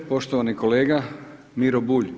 Poštovani kolega Miro Bulj.